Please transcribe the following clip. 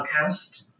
podcast